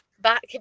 back